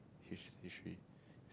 his~ history